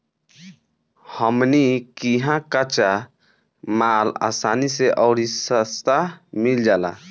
हमनी किहा कच्चा माल असानी से अउरी सस्ता मिल जाला